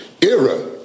era